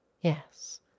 Yes